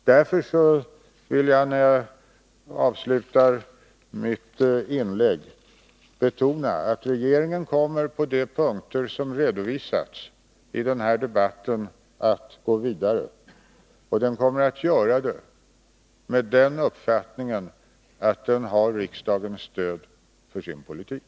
Därför vill jag, när jag avslutar mitt inlägg, betona att regeringen kommer att — på de punkter som redovisas i den här debatten — gå vidare och att den kommer att göra det med uppfattningen att den har riksdagens stöd för sin politik.